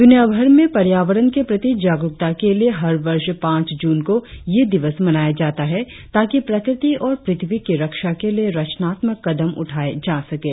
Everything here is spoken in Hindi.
दुनियाभर में पर्यावरण के प्रति जागरुकता के लिए हर वर्ष पांच जून को यह दिवस मनाया जाता है ताकि प्रकृति और पृथ्वी की रक्षा के लिए रचनात्मक कदम उठाए जा सकें